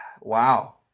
Wow